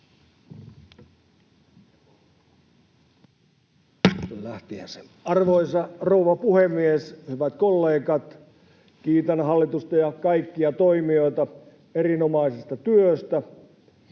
Arvoisa rouva puhemies! Hyvät kollegat! Kiitän hallitusta ja kaikkia toimijoita erinomaisesta työstä.